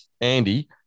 andy